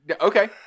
Okay